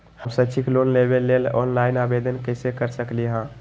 हम शैक्षिक लोन लेबे लेल ऑनलाइन आवेदन कैसे कर सकली ह?